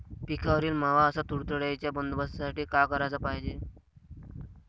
पिकावरील मावा अस तुडतुड्याइच्या बंदोबस्तासाठी का कराच पायजे?